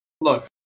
Look